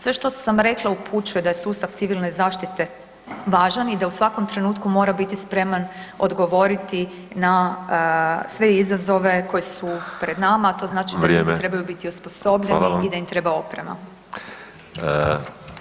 Sve što sam rekla upućuje da je sustav civilne zaštita važan i da u svakom trenutku mora biti spreman odgovoriti na sve izazove koji su pred nama, a to znači da ljudi [[Upadica: Vrijeme.]] trebaju biti osposobljeni i da im treba oprema.